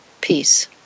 peace